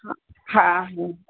हा हा